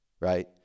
right